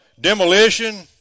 demolition